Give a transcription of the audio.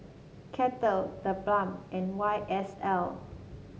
Kettle TheBalm and Y S L